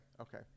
Okay